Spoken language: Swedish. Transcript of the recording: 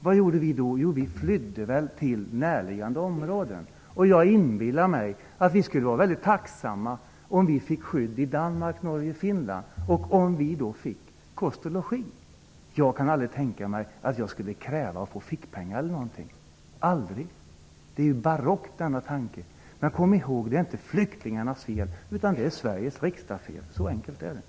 Vi skulle nog fly till närliggande områden. Jag inbillar mig att vi skulle vara mycket tacksamma om vi fick skydd i Danmark, Norge eller Finland och om vi då fick kost och logi. Jag skulle aldrig kunna tänka mig att jag skulle kräva att få fickpengar. Det är barockt med sådana krav. Men kom i håg att det inte är flyktingarnas fel. Felet ligger hos Sveriges riksdag. Så enkelt är det.